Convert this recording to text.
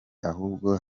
ahubwo